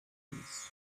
trees